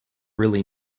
really